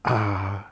啊